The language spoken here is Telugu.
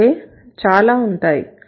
అంటే చాలా ఉంటాయి